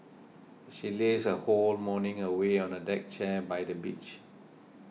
she lazed her whole morning away on a deck chair by the beach